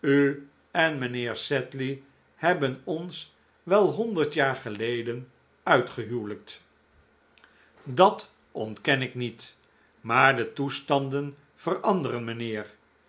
en mijnheer sedley hebben ons wel honderd jaar geleden uitgehuwelijkt dat ontken ik niet maar de toestanden veranderen mijnheer